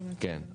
כן.